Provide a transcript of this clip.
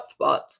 hotspots